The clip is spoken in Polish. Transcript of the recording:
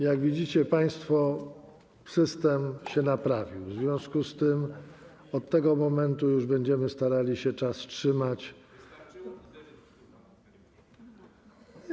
Jak widzicie państwo, system się naprawił, w związku z czym od tego momentu już będziemy starali się trzymać czasu.